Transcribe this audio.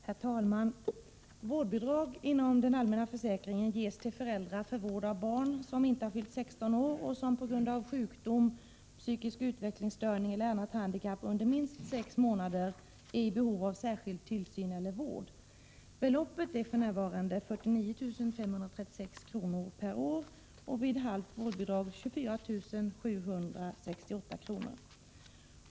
Herr talman! Vårdbidrag inom den allmänna försäkringen ges till föräldrar för vård av barn som inte fyllt 16 år och som på grund av sjukdom, psykisk utvecklingsstörning eller annat handikapp under minst sex månader är i behov av särskild tillsyn eller vård. Beloppet är för närvarande 49 536 kr. per år och vid halvt vårdbidrag 24 768 kr.